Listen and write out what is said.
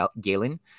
Galen